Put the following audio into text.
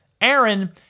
Aaron